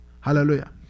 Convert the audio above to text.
Hallelujah